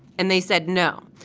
and they said, no,